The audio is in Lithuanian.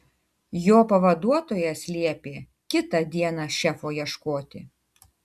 jo pavaduotojas liepė kitą dieną šefo ieškoti